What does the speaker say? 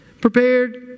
prepared